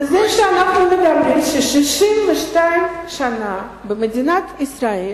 זה מה שאנחנו אומרים, ש-62 שנה במדינת ישראל